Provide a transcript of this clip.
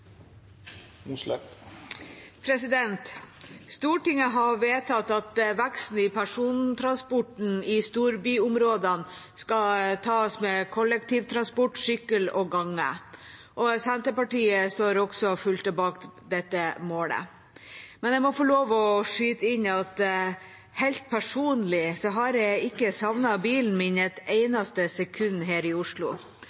til. Stortinget har vedtatt at veksten i persontransporten i storbyområdene skal tas med kollektivtransport, sykkel og gange. Senterpartiet står også fullt og helt bak det målet. Men jeg må få lov til å skyte inn at helt personlig har jeg ikke savnet bilen min et eneste sekund her i